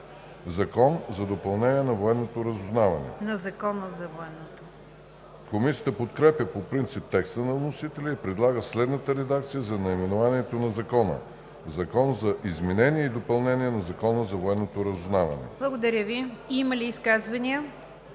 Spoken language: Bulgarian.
„Закон за допълнение на Закона за военното разузнаване“.“ Комисията подкрепя по принцип текста на вносителя и предлага следната редакция за наименованието на Закона: „Закон за изменение и допълнение на Закона за военното разузнаване“. ПРЕДСЕДАТЕЛ НИГЯР ДЖАФЕР: Има ли изказвания?